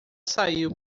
saiu